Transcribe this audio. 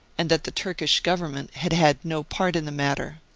and that the turkish government had had no part in the matter.